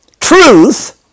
truth